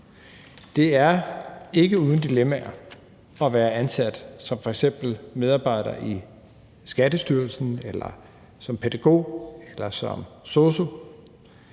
Det er ikke uden dilemmaer at være ansat som f.eks. medarbejder i Skattestyrelsen eller som pædagog eller som sosu.